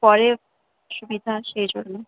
পরে সুবিধা সেই জন্য